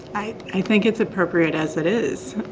i think it's appropriate as it is.